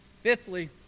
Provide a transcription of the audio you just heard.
Fifthly